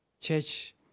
Church